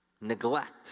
Neglect